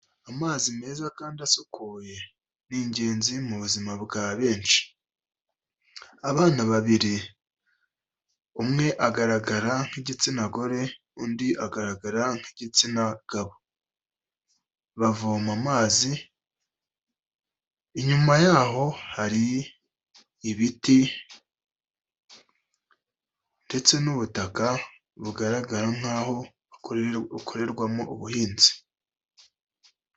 Amazi meza kandi asukuye, ni ingenzi mu buzima bwa benshi. Abana babiri umwe agaragara nk'igitsina gore undi agaragara nk'igitsina gabo, bavoma amazi, inyuma yaho hari ibiti ndetse n'ubutaka bugaragara nkaho bukorerwamo ubuhinzi.